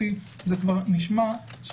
זה כבר לא רק לא מרקסיסטי,